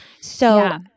So-